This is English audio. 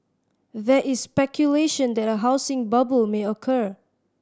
there is speculation that a housing bubble may occur